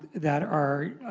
that are